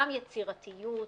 גם יצירתיות,